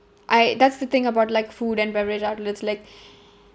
I that's the thing about like food and beverage outlets like